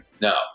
no